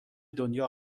دنیا